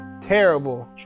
Terrible